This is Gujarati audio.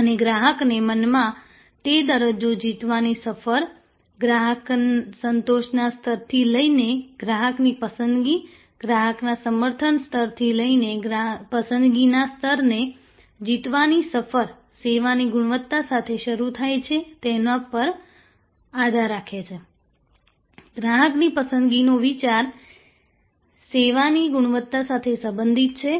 અને ગ્રાહકોના મનમાં તે દરજ્જો જીતવાની સફર ગ્રાહક સંતોષના સ્તરથી લઈને ગ્રાહકની પસંદગી ગ્રાહકના સમર્થનના સ્તરથી લઈને પસંદગીના સ્તરને જીતવાની સફર સેવાની ગુણવત્તા સાથે શરૂ થાય છે તેના પર આધાર રાખે છે ગ્રાહકની પસંદગીનો વિચાર સેવાની ગુણવત્તા સાથે સંબંધિત છે